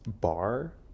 bar